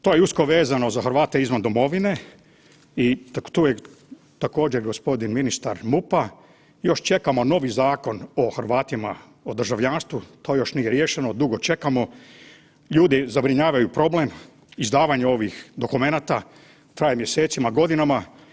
To je usko vezano za Hrvate izvan domovine i tu je također gospodin ministar MUP-a još čekamo novi zakon o Hrvatima o državljanstvu, to još nije riješeno, dugo čekamo, ljudi zabrinjavaju problem, izdavanje ovih dokumenata traje mjesecima, godinama.